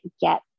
get